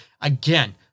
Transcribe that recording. again